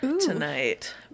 tonight